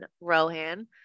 Rohan